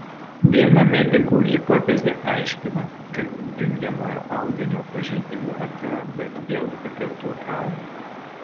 viena medikų hipotezė aiškina kad jungiamojo audinio pažeidimų atsiranda dėl patirtų traumų